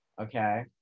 Okay